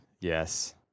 Yes